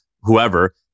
whoever